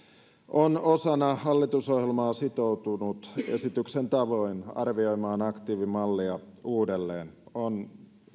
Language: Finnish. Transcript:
on osana hallitusohjelmaa sitoutunut esityksen tavoin arvioimaan aktiivimallia uudelleen on